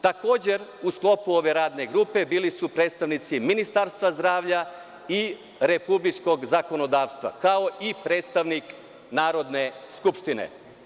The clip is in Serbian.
Takođe, u sklopu ove radne grupe bili su predstavnici Ministarstva zdravlja i republičkog zakonodavstva, kao i predstavnik Narodne skupštine.